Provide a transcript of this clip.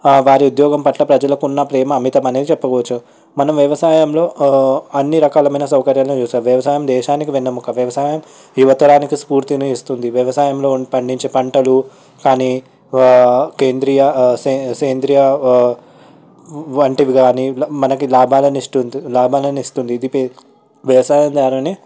వారి ఉద్యోగం పట్ల ప్రజలకు ఉన్న ప్రేమ అమితమని చెప్పవచ్చు మనం వ్యవసాయంలో అన్ని రకాలమైన సౌకర్యాలు చూసాం వ్యవసాయం దేశానికి వెన్నెముక వ్యవసాయం యువతరానికి స్ఫూర్తిని ఇస్తుంది వ్యవసాయంలో పండించే పంటలు కానీ కేంద్రీయ సే సేంద్రియ వంటివి గానీ మనకి లాభాలను ఇస్తుంది లాభాలను ఇస్తుంది వ్యవసాయం దారిని